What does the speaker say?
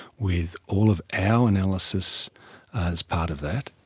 with all of our analysis as part of that.